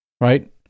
right